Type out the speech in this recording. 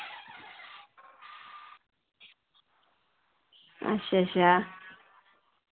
अच्छा अच्छा